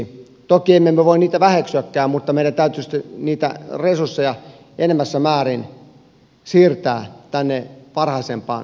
toki emme me voi niitä väheksyäkään mutta meidän täytyy sitten niitä resursseja enenevässä määrin siirtää tänne varhaisempaan vaiheeseen